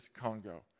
Congo